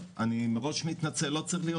כדי להגיע להיצע, השלב הראשון הוא תכנון ובהיקפים